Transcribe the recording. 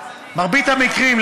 במרבית המקרים,